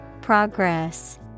Progress